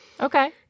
Okay